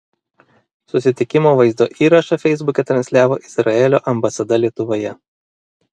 susitikimo vaizdo įrašą feisbuke transliavo izraelio ambasada lietuvoje